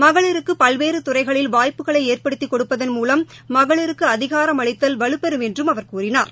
மகளிருக்குபல்வேறுதுறைகளில் வாய்ப்புக்களைஏற்படுத்திக் கொடுப்பதன் மூலம் மகளிருக்குஅதிகாரம் அளித்தல் வலுப்பெறும் என்றுஅவர் கூறினார்